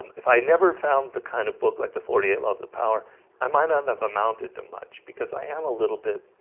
um if i never found the kind of book like the forty eight laws of power i might not have amounted to much because i am a little bit